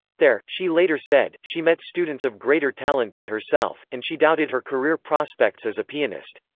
there, she later said, she met students of greater talent than herself, and she doubted her career prospects as a pianist.